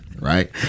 right